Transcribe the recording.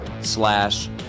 slash